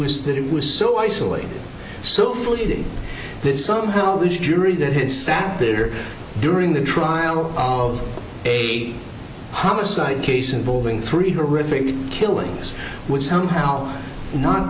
was that it was so isolated so fully that somehow this jury that had sat there during the trial of a homicide case involving three her rigged killings would somehow not